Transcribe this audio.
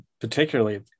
particularly